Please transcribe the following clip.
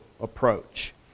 approach